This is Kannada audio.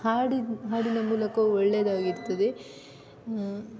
ಹಾಡಿದ ಹಾಡಿನ ಮೂಲಕ ಒಳ್ಳೆಯದಾಗಿರ್ತದೆ